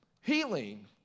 healing